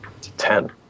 ten